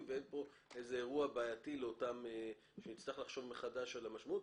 פה אירוע בעייתי שנצטרך לחשוב מחדש על המשמעות.